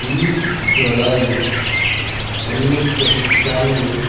بیس جولائی انیس سو پنچانوے